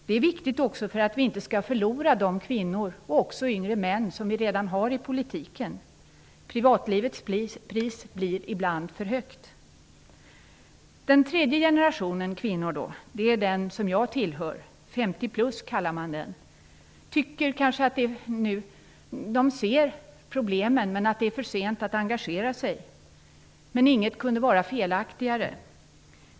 Det är viktigt också för att vi inte skall förlora de kvinnor och även yngre män som vi redan har i politiken. Privatlivets pris blir ibland för högt. Den tredje generationen kvinnor är den som jag tillhör. Femtio plus kallar man den. De ser problemen men tycker att det är för sent att engagera sig. Inget kunde vara felaktigare.